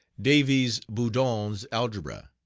davies' boudon's algebra.